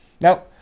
now